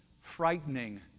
Frightening